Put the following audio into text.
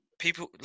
People